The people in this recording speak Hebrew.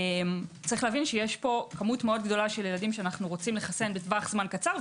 יש פה כמות גדולה של ילדים שאנו רוצים לחסן בטווח זמן קצר,